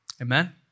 Amen